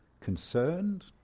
concerned